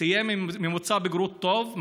סיים בממוצע בגרות טוב,